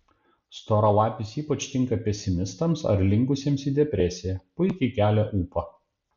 storalapis ypač tinka pesimistams ar linkusiems į depresiją puikiai kelia ūpą